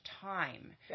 time